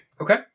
Okay